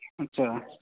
अच्छा